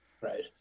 right